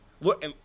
Look